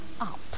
up